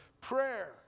prayer